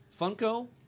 Funko